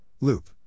Loop